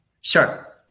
Sure